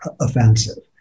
offensive